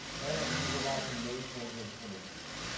and he is allowed to maintain his innocence.